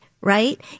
right